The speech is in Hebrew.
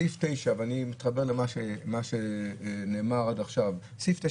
ואני מתחבר למה שנאמר עד עכשיו: האם סעיף 9